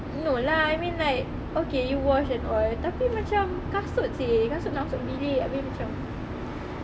no lah I mean like okay you wash and all tapi macam kasut seh kasut nak masuk bilik abeh macam